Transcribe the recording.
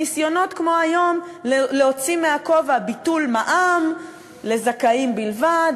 ניסיונות כמו היום להוציא מהכובע ביטול מע"מ לזכאים בלבד,